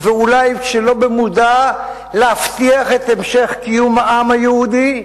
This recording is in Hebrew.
ואולי שלא במודע להבטיח את המשך קיום העם היהודי.